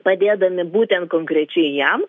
padėdami būtent konkrečiai jam